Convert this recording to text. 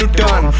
ah gone!